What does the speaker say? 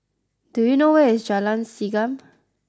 do you know where is Jalan Segam